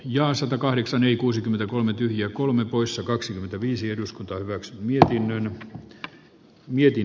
joan satakahdeksan ii kuusikymmentäkolme pyhiä kolme poissa kaksikymmentäviisi eduskunta hyväksyy joka on herra puhemies